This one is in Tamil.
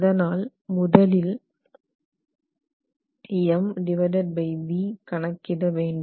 அதனால் முதலில் MVd கணக்கிட வேண்டும்